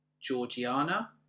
Georgiana